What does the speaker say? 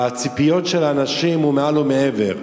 והציפיות של האנשים הן מעל ומעבר.